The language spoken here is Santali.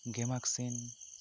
ᱜᱮᱢᱟᱠᱥᱤᱱ